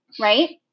Right